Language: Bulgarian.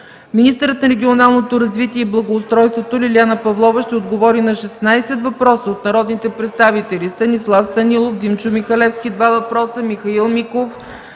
Министърът на регионалното развитие и благоустройството Лиляна Павлова ще отговори на 16 въпроса от народните представители Станислав Станилов, Димчо Михалевски – 2 въпроса, Михаил Миков,